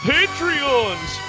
Patreons